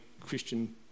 Christian